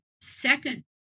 second